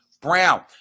brown